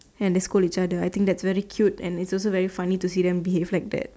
and they scold each other I think that's very cute and is also very funny to see them behave like that